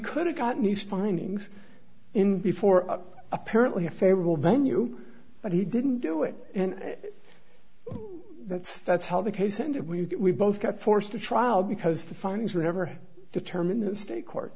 could have gotten these findings in before apparently a favorable venue but he didn't do it and that's that's how the case ended we both got forced the trial because the findings were never determined state court